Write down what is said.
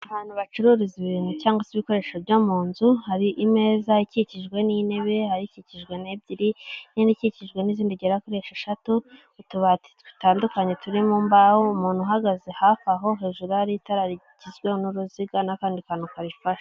Ahantu bacururiza ibintu cyangwa se ibikoresho byo mu nzu, hari imeza ikikijwe n'intebe hari ikikijwe n' ebyiri, nindi ikikijwe iizindi zigera kuri eshatu, utubati dutandukanye turi mu mbaho, umuntu uhagaze hafi aho hejuru hari itara rigizwe n'uruziga n'akandi kantu karifashe.